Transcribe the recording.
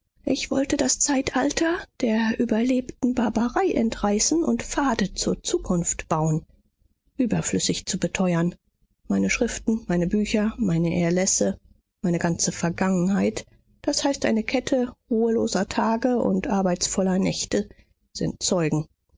ich wollte das zeitalter der überlebten barbarei entreißen und pfade zur zukunft bauen überflüssig zu beteuern meine schriften meine bücher meine erlässe meine ganze vergangenheit das heißt eine kette ruheloser tage und arbeitsvoller nächte sind zeugen